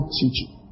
teaching